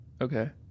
Okay